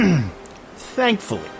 thankfully